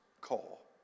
call